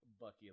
Bucky